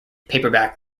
paperback